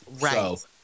Right